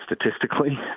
statistically